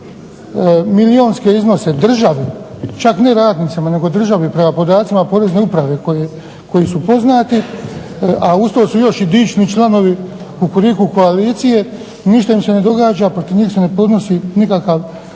milijunske iznose državi, čak ne radnicima, državi prema podacima porezne uprave koji su poznati, a uz to još dični članovi kukuriku koalicije ništa im se ne događa pa protiv njih se ne podnosi nikakav